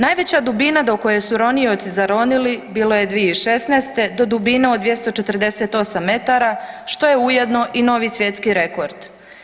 Najveća dubina do koje su ronioca zaronili bilo je 2016. do dubine od 248 metara, što je ujedno i novi svjetski rekord.